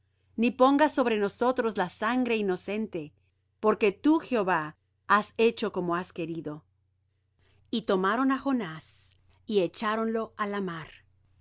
ni pongas sobre nosotros la sangre inocente porque tú jehová has hecho como has querido y tomaron á jonás y echáronlo á la mar